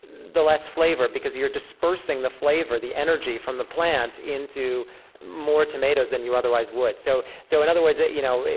the less flavor because you're disbursing the flavor, the energy, from the plant into more tomatoes than you otherwise would. so so in other words, you know,